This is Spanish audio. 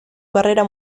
carrera